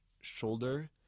shoulder